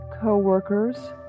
co-workers